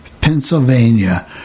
Pennsylvania